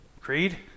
Creed